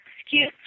excuse